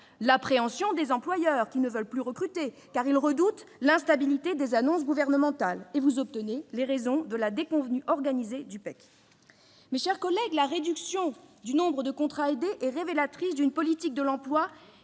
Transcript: l'appréhension des employeurs qui ne veulent plus recruter, car ils redoutent l'instabilité des annonces gouvernementales, et vous obtenez les raisons de la déconvenue organisée du PEC. Mes chers collègues, la réduction du nombre de contrats aidés est révélatrice d'une politique de l'emploi